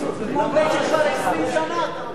כבר 20 שנה.